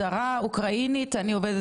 אני רוצה להיכנס לאזור האישי שלי,